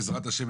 בעזרת השם,